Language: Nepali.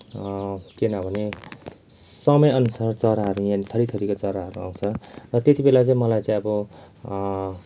किनभने समयअनुसार चराहरू यहाँनिर थरीथरीका चराहरू आउँछ र त्यति बेला चाहिँ मलाई चाहिँ अब